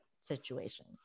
situation